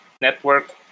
network